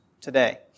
today